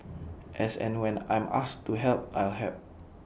as and when I'm asked to help I'll help